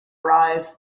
arise